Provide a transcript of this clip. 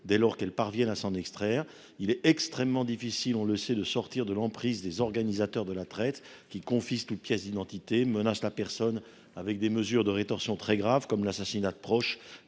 dès lors que celles ci parviennent à s’en extraire. On le sait, il est extrêmement difficile de sortir de l’emprise des organisateurs de la traite, qui confisquent toute pièce d’identité et menacent la personne avec des mesures de rétorsion très graves, comme l’assassinat de proches,